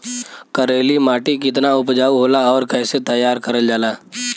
करेली माटी कितना उपजाऊ होला और कैसे तैयार करल जाला?